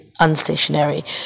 unstationary